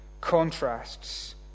contrasts